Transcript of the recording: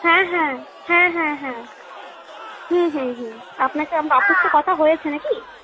হ্যাঁ হ্যাঁ হ্যাঁ হ্যাঁ হ্যাঁ হ্যাঁ হ্যাঁ হ্যাঁ আপনাকে আপনার সাথে কথা হয়েছে নাকি